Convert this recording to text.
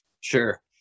sure